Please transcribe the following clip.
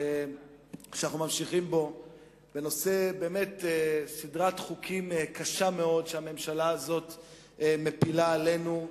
שאנחנו ממשיכים בו בסדרת חוקים קשה מאוד שהממשלה הזאת מפילה עלינו,